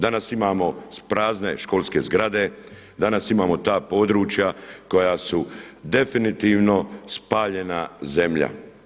Danas imamo prazne školske zgrade, danas imamo ta područja koja su definitivno spaljena zemlja.